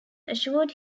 assured